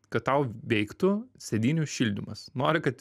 kad tau veiktų sėdynių šildymas nori kad